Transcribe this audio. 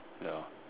ya